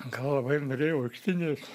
gal labai ir norėjau vaikštinėt